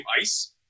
ice